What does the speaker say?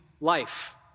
life